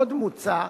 עוד מוצע,